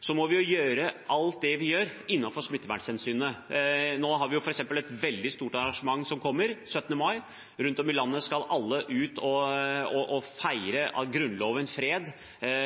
Så må vi gjøre alt det vi gjør, innenfor smittevernhensynene. Nå har vi f.eks. et veldig stort arrangement som kommer, 17. mai. Rundt om i landet skal alle ut og feire Grunnloven, fred,